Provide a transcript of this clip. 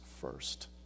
first